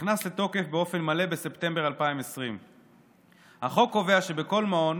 נכנס לתוקף באופן מלא בספטמבר 2020. החוק קובע שבכל מעון